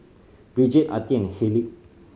Brigid Artie and Haleigh